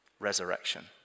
Resurrection